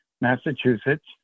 Massachusetts